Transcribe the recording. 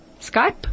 Skype